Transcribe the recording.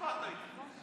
הצבעת איתם.